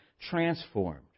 Transformed